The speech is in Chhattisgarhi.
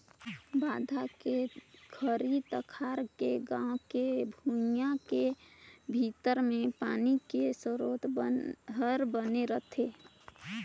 बांधा के घरी तखार के गाँव के भुइंया के भीतरी मे पानी के सरोत हर बने रहथे